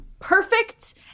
perfect